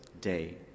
day